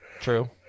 True